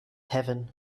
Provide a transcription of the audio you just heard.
heaven